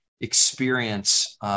experience